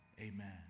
Amen